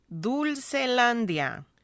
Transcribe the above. Dulcelandia